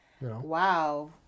Wow